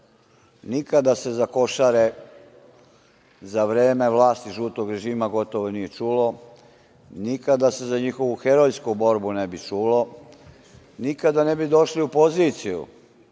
nikada se za Košare, za vreme vlasti žutog režima gotovo nije čulo. Nikada se za njihovu herojsku borbu ne bi čulo, nikada ne bi došli u poziciju